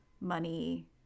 money